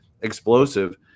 explosive